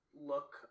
look